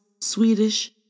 Swedish